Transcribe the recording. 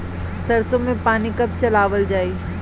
सरसो में पानी कब चलावल जाई?